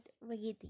Reading